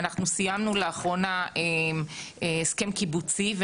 סיימנו לאחרונה הסכם קיבוצי,